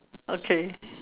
okay